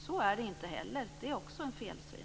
Så är det inte; där har vi också en felsyn.